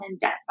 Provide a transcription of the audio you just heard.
debt